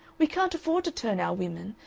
we can't afford to turn our women,